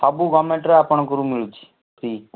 ସବୁ ଗଭରନମେଣ୍ଟ୍ର ଆପଣଙ୍କୁ ମିଳୁଛି ଫ୍ରି